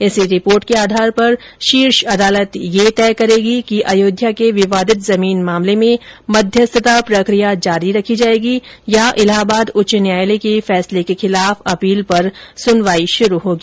इसी रिपोर्ट के आधार पर शीर्ष अदालत यह तय करेगी कि अयोध्या के विवादित जमीन मामले में मध्यस्थता प्रक्रिया जारी रखी जायेगी या इलाहाबाद उच्च न्यायालय के फैसले के खिलाफ अपील पर सुनवाई शुरू होगी